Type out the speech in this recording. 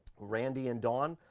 randy and dawn,